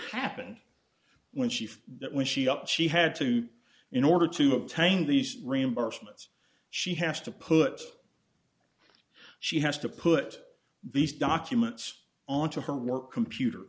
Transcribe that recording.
happened when she when she up she had to in order to obtain these reimbursements she has to put she has to put these documents onto her computer